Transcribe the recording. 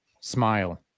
smile